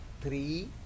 three